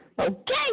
okay